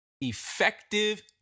effective